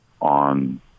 on